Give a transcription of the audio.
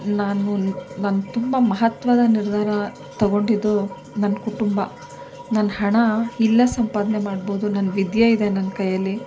ನಾನು ನಾನು ತುಂಬ ಮಹತ್ವದ ನಿರ್ಧಾರ ತಗೊಂಡಿದ್ದು ನನ್ನ ಕುಟುಂಬ ನಾನು ಹಣಾ ಇಲ್ಲೇ ಸಂಪಾದನೆ ಮಾಡ್ಬೋದು ನನ್ನ ವಿದ್ಯೆ ಇದೆ ನನ್ನ ಕೈಯ್ಯಲ್ಲಿ